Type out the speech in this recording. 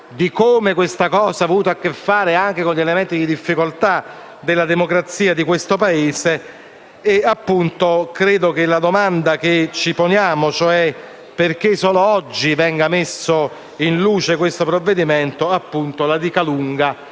di come questi abbiano avuto a che fare anche con elementi di difficoltà della democrazia di questo Paese. Credo che la domanda che ci poniamo, cioè perché solo oggi viene messo in luce questo provvedimento, la dica lunga